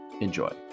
Enjoy